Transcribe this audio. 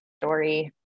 story